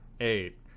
eight